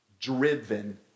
driven